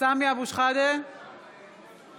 סעיפי הפינוי ושינוי שם החוק),